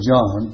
John